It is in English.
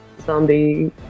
zombie